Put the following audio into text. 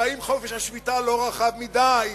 האם חופש השביתה לא רחב מדי?